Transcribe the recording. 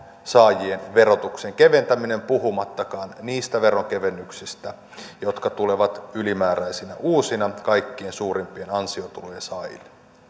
saavien verotuksen keventäminen puhumattakaan niistä veronkevennyksistä jotka tulevat ylimääräisinä uusina kaikkein suurimpien ansiotulojen saajille